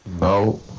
No